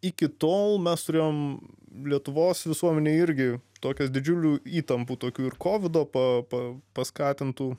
iki tol mes turėjom lietuvos visuomenė irgi tokias didžiulių įtampų tokių ir kovido pa pa paskatintų